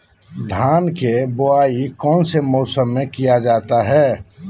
धान के बोआई कौन सी मौसम में किया जाता है?